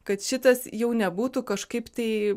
kad šitas jau nebūtų kažkaip tai